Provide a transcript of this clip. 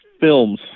films